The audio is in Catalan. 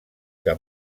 que